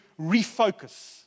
refocus